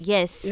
Yes